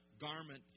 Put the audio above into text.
garment